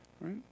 right